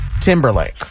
Timberlake